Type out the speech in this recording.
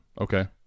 okay